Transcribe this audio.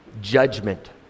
judgment